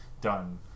done